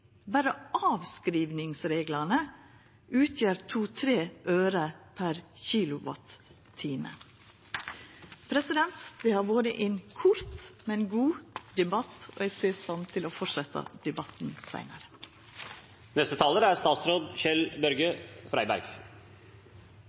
Berre avskrivingsreglane utgjer 2–3 øre per kilowattime. Det har vore ein kort, men god debatt. Eg ser fram til å fortsetja debatten